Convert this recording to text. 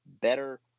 better